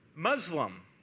Muslim